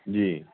ਜੀ